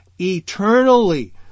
eternally